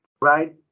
right